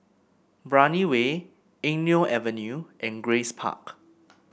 Brani Way Eng Neo Avenue and Grace Park